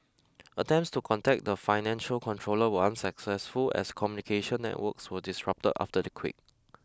attempts to contact the financial controller were unsuccessful as communication networks were disrupted after the quake